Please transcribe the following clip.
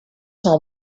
sont